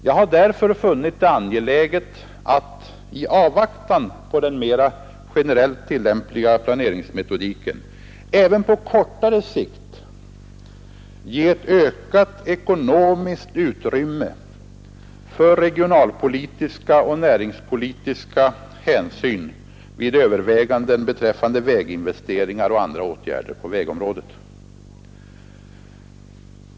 Jag har därför funnit det angeläget att i avvaktan på den mer generellt tillämpliga planeringsmetodiken även på kortare sikt ge ett ökat ekonomiskt utrymme för regionalpolitiska och näringspolitiska hänsyn vid överväganden beträffande väginvesteringar och andra åtgärder på vägområdet.